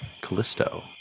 Callisto